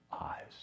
eyes